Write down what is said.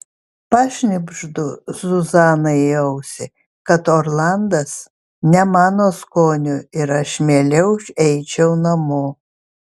pašnibždu zuzanai į ausį kad orlandas ne mano skonio ir aš mieliau eičiau namo